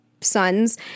sons